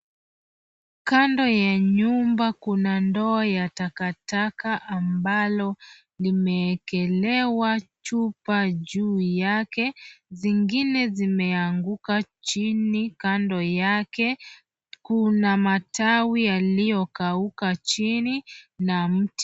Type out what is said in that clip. Kando ya nyumba kuna ndoo ya takataka ambalo limeekelewa chupa juu yake, zingine zimeanguka chini kando yake. Kuna matawi yaliyokauka chini na mti.